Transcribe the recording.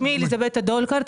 שמי אליזבת דולקרט,